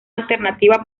alternativa